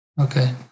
Okay